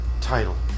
title